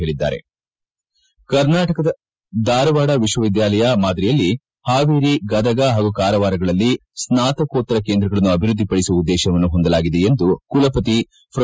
ಧಾರವಾಡದ ಕರ್ನಾಟಕ ವಿಶ್ವವಿದ್ಯಾಲಯ ಮಾದರಿಯಲ್ಲಿ ಹಾವೇರಿ ಗದಗ ಹಾಗೂ ಕಾರವಾರಗಳಲ್ಲಿ ಸ್ನಾತಕೋತ್ತರ ಕೇಂದ್ರಗಳನ್ನು ಅಭಿವೃದ್ವಿಪಡಿಸುವ ಉದ್ದೇಶವನ್ನು ಹೊಂದಲಾಗಿದೆ ಎಂದು ಕುಲಪತಿ ಪ್ರೊ